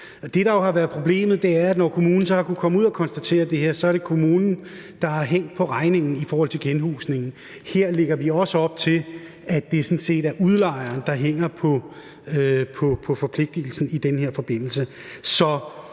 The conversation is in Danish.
Det, der jo har været problemet, er, at når kommunen har kunnet komme ud og konstatere det her, er det kommunen, der har hængt på regningen i forhold til genhusningen. Her lægger vi også op til, at det sådan set er udlejeren, der hænger på forpligtigelsen i den her forbindelse.